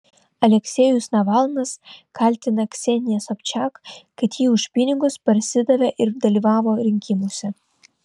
aleksejus navalnas kaltina kseniją sobčak kad ji už pinigus parsidavė ir dalyvavo rinkimuose